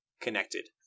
connected